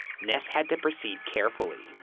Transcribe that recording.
ness had to proceed carefully,